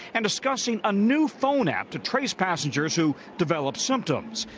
and discussing a new phone app to trace passengers who develop symptoms.